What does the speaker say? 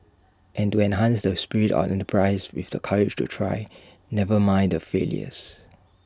and to enhance the spirit of enterprise with the courage to try never mind the failures